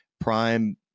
prime